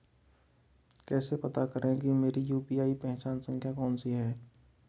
कैसे पता करें कि मेरी यू.पी.आई पहचान संख्या कौनसी है?